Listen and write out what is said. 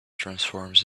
transforms